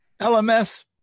LMS